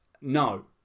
No